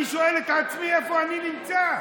אני שואל את עצמי איפה אני נמצא,